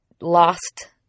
lost